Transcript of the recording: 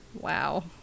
Wow